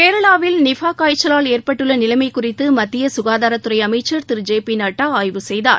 கேரளாவில் நிஃபா காய்ச்சலால் ஏற்பட்டுள்ள நிலைமை குறித்து மத்திய சுகாதாரத்துறை அமைச்சா் திரு ஜே பி நட்டா ஆய்வு செய்தார்